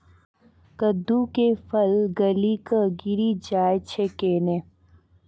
कददु के फल गली कऽ गिरी जाय छै कैने?